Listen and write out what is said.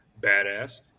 badass